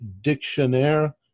Dictionnaire